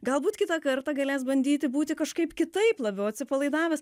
galbūt kitą kartą galės bandyti būti kažkaip kitaip labiau atsipalaidavęs